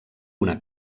una